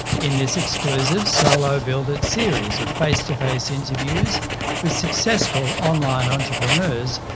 in this exclusive solo build it! series of face to face interviews with successful online entrepreneurs,